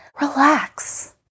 relax